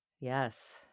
Yes